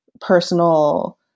personal